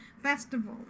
festival